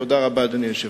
תודה רבה, אדוני היושב-ראש.